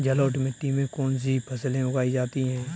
जलोढ़ मिट्टी में कौन कौन सी फसलें उगाई जाती हैं?